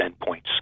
endpoints